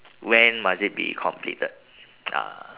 when must it be completed uh